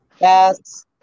Yes